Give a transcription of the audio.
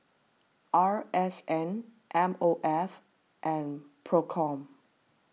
R S N M O F and P R O C O M